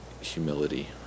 humility